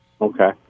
Okay